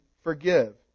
forgive